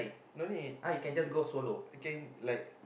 no need you again like